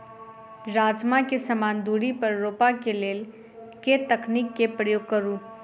राजमा केँ समान दूरी पर रोपा केँ लेल केँ तकनीक केँ प्रयोग करू?